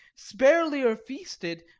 sparelier feasted,